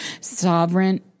sovereign